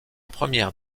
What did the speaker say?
première